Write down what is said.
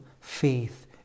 faith